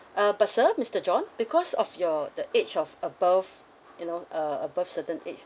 uh but sir mister john because of your the age of above you know uh above certain age